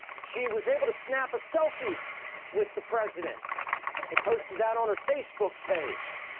she was able to snap a selfie with the president and posted that on her facebook page.